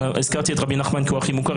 הזכרתי את רבי נחמן כי הוא הכי מוכר.